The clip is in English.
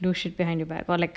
do shit behind your back or like